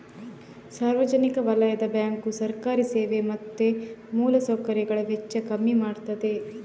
ಸಾರ್ವಜನಿಕ ವಲಯದ ಬ್ಯಾಂಕು ಸರ್ಕಾರಿ ಸೇವೆ ಮತ್ತೆ ಮೂಲ ಸೌಕರ್ಯಗಳ ವೆಚ್ಚ ಕಮ್ಮಿ ಮಾಡ್ತದೆ